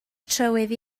trywydd